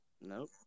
Nope